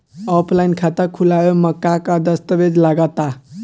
Offline खाता खुलावे म का का दस्तावेज लगा ता?